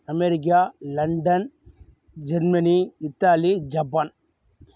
America London Germany Italy Japan